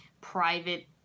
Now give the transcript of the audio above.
private